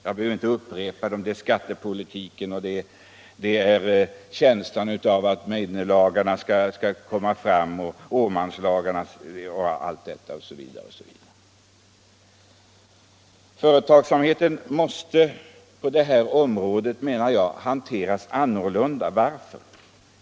Vad som verkar i motsatt riktning är skattepolitiken, känslan av att Meidnerlagarna är förestående, trycket från Åmanlagarna osv. Jag menar att småföretagsamheten i dessa sammanhang måste hanteras annorlunda. Varför?